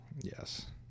Yes